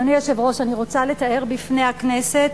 אדוני היושב-ראש, אני רוצה לתאר בפני הכנסת